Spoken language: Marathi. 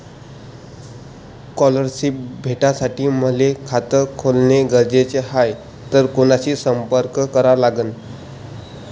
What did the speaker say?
स्कॉलरशिप भेटासाठी मले खात खोलने गरजेचे हाय तर कुणाशी संपर्क करा लागन?